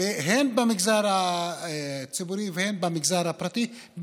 הן במגזר הציבורי והן במגזר הפרטי,